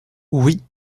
oui